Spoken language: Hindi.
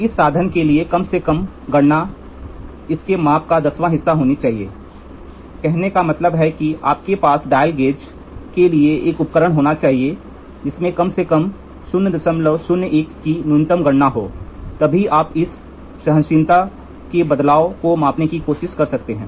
तो इस साधन के लिए कम से कम गणना इसके माप का दसवां हिस्सा होनी चाहिए कहने का मतलब है कि आपके पास डायल गेज के लिए एक उपकरण होना चाहिए जिसमें कम से कम 001 की न्यूनतम गणना हो तभी आप इस सहनशीलता में बदलाव को मापने की कोशिश कर सकते हैं